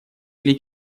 или